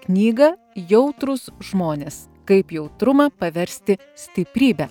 knygą jautrūs žmonės kaip jautrumą paversti stiprybe